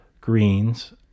greens